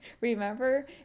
remember